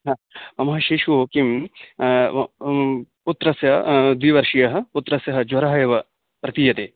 हा मम शिशुः किं पुत्रस्य द्विवर्षीयः पुत्रस्य ज्वरः एव प्रतीयते